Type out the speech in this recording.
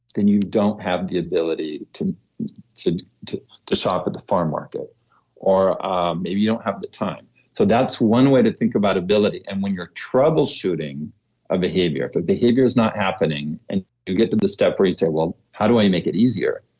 then you don't have the ability to to shop at the farm market or maybe you don't have the time so that's one way to think about ability and when you're troubleshooting a behavior if a behavior is not happening and you get to the step where you say, well how do i make it easier?